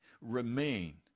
remain